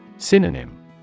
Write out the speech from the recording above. Synonym